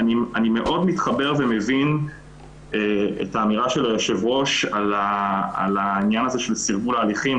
אני מאוד מתחבר ומבין את האמירה של היושב-ראש על סרבול ההליכים.